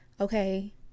okay